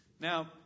Now